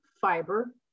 fiber